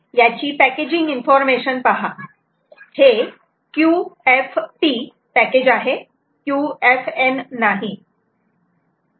याची packaging information पहा हे QFP पॅकेज आहे QFN नाही